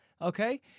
Okay